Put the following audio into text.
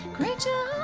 Creature